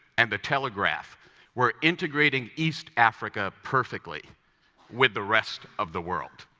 and the telegraph were integrating east africa perfectly with the rest of the world.